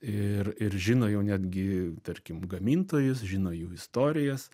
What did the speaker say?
ir ir žino jau netgi tarkim gamintojus žino jų istorijas